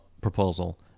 proposal